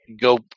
go